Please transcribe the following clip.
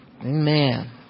amen